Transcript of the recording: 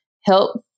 help